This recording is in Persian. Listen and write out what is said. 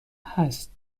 هست